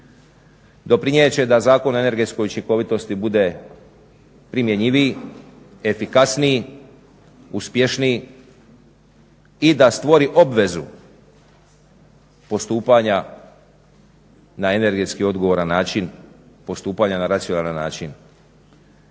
doprinijet će da Zakon o energetskoj učinkovitosti bude primjenjiviji, efikasniji, uspješniji i da stvori obvezu postupanja na energetski odgovoran način, postupanja na racionalan način.